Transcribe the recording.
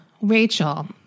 Rachel